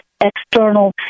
external